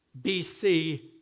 BC